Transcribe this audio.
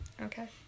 Okay